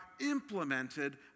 implemented